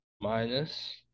minus